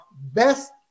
best